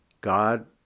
God